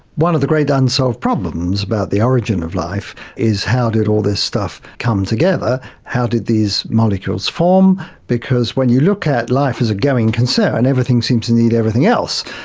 one of the great unsolved problems about the origin of life is how did all this stuff come together? how did these molecules form? because when you look at life as a going concern, everything seems to need everything else,